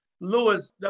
Lewis